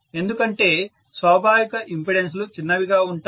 ఎందుకంటే స్వాభావిక ఇంపెడెన్స్లు చిన్నవిగా ఉంటాయి